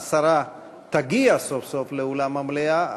השרה תגיע סוף-סוף לאולם המליאה,